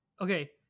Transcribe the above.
Okay